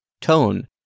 tone